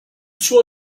suo